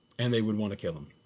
and they would want to kill him.